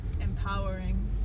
Empowering